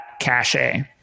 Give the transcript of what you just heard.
cache